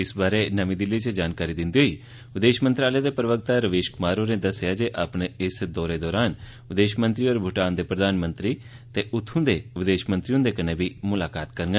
इस बारै नर्मी दिल्ली च जानकारी दिन्दे होई विदेश मंत्रालय दे प्रवक्ता रवीश क्मार होरें दस्सेया जे अपने इस दौरे दौरान विदेश मंत्री होर भूटान दे प्रधानमंत्री ते विदेश मंत्री हुन्दे कन्नै बी मुलाकात करगंन